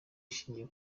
ishingiye